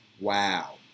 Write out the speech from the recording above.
Wow